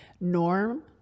norm